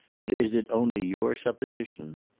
but is it only your supposition?